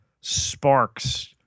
sparks